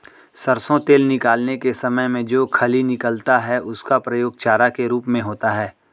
सरसों तेल निकालने के समय में जो खली निकलता है उसका प्रयोग चारा के रूप में होता है